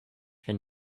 and